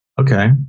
Okay